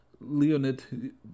Leonid